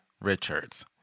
Richards